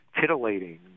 titillating